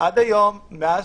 עד היום, מאז